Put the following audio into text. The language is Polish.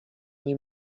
nie